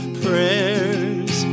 prayers